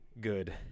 good